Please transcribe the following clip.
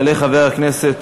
יעלה חבר הכנסת